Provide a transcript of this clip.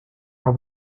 are